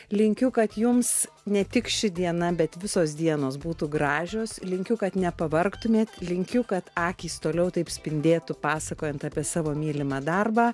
linkiu kad jums ne tik ši diena bet visos dienos būtų gražios linkiu kad nepavargtumėt linkiu kad akys toliau taip spindėtų pasakojant apie savo mylimą darbą